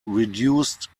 reduced